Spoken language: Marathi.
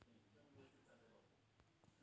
बचत खाता उघडूक कसले कागदपत्र लागतत?